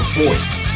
voice